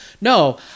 no